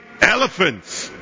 elephants